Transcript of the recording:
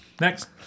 Next